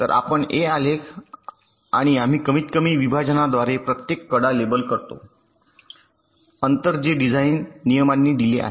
तर आपण ए आलेख आणि आम्ही कमीत कमी विभाजनाद्वारे प्रत्येक कडा लेबल करतो अंतर जे डिझाइन नियमांनी दिले आहे